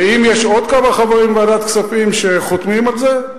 ואם יש עוד כמה חברים מוועדת כספים שחותמים על זה,